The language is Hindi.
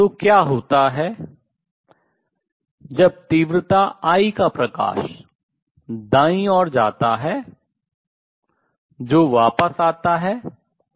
तो क्या होता है जब तीव्रता I आई का प्रकाश दाईं ओर जाता है जो वापस आता है वह R2 I आई है